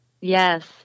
yes